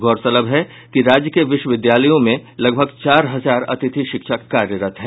गौरतलब है कि राज्य के विश्वविद्यालयों में लगभग चार हजार अतिथि शिक्षक कार्यरत हैं